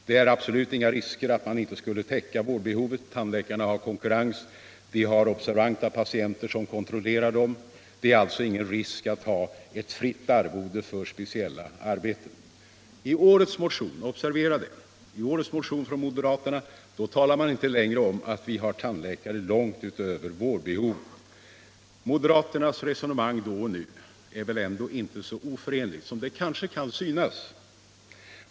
Det är absolut inga risker för att man inte skulle täcka vårdbehovet. Tandläkarna har konkurrens, de har observanta patienter som kontrollerar dem. Det är alltså ingen risk att ha ett fritt arvode för speciella arbeten. I årets motion från moderaterna talar man inte längre om att vi har tandläkare långt utöver vårdbehovet. Moderaternas resonemang då och nu är väl ändå inte så oförenliga som det kan synas.